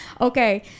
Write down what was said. Okay